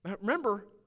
Remember